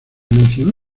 mencionó